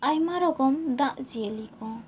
ᱟᱭᱢᱟ ᱨᱚᱠᱚᱢ ᱫᱟᱜ ᱡᱤᱭᱟᱹᱞᱤ ᱠᱚ